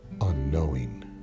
unknowing